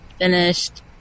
finished